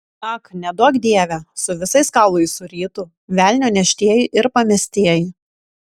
ak neduok dieve su visais kaulais surytų velnio neštieji ir pamestieji